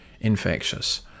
infectious